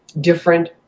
different